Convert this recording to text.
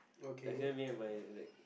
like here me and my like